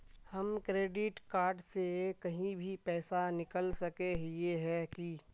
हम credit card से कहीं भी पैसा निकल सके हिये की?